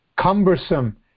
cumbersome